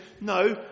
No